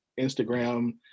instagram